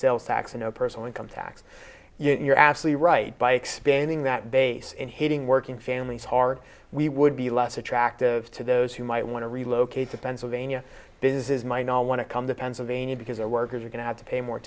sales tax and personal income tax you're absolutely right by expanding that base and hitting working families hard we would be less attractive to those who might want to relocate to pennsylvania business is mine all want to come to pennsylvania because our workers are going to have to pay more